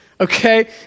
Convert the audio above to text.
Okay